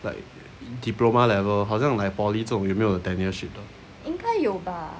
like diploma level 好像 like poly level 有没有 tenure-ship 的